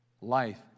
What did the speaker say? life